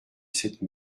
cette